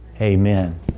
Amen